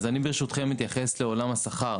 ברשותכם אני אתייחס לעולם השכר